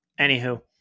anywho